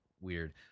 weird